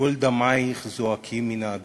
קול דמייך זועקים מן האדמה.